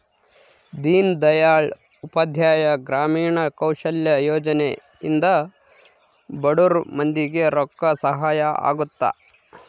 ದೀನ್ ದಯಾಳ್ ಉಪಾಧ್ಯಾಯ ಗ್ರಾಮೀಣ ಕೌಶಲ್ಯ ಯೋಜನೆ ಇಂದ ಬಡುರ್ ಮಂದಿ ಗೆ ರೊಕ್ಕ ಸಹಾಯ ಅಗುತ್ತ